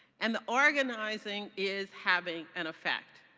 and the organizing is having an effect.